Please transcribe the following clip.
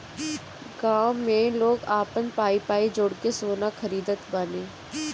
गांव में लोग आपन पाई पाई जोड़ के सोना खरीदत बाने